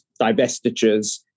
divestitures